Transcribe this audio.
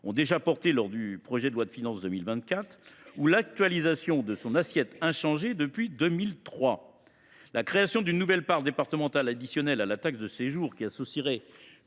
lors de l’examen du projet de loi de finances pour 2024 – ou encore par l’actualisation de son assiette, inchangée depuis 2003. La création d’une nouvelle part départementale, additionnelle à la taxe de séjour, qui associerait